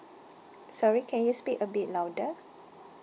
sorry can you speak a bit louder